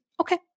okay